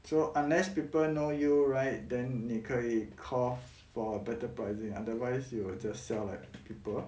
so unless people know you right then 你可以 call for better pricing otherwise you will just sell like people